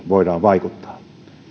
voidaan vaikuttaa